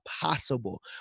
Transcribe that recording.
possible